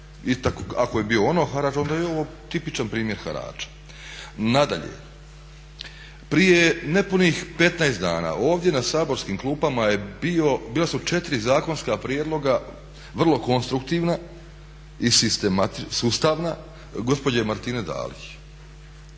ako je ono bio harač onda je ovo tipičan primjer harača. Nadalje, prije nepunih 15 dana ovdje na saborskim klupama je bio, bila su 4 zakonska prijedloga vrlo konstruktivna i sustavna gospođe Martine Dalić